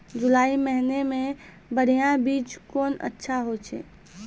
जुलाई महीने मे बढ़िया बीज कौन अच्छा होय छै?